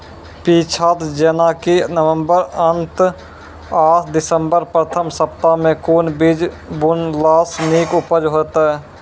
पीछात जेनाकि नवम्बर अंत आ दिसम्बर प्रथम सप्ताह मे कून बीज बुनलास नीक उपज हेते?